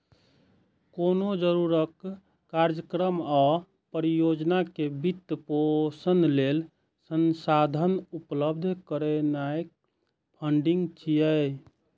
कोनो जरूरत, कार्यक्रम या परियोजना के वित्त पोषण लेल संसाधन उपलब्ध करेनाय फंडिंग छियै